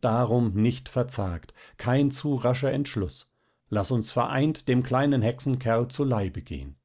darum nicht verzagt kein zu rascher entschluß laß uns vereint dem kleinen hexenkerl zu leibe gehen